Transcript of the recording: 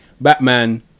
Batman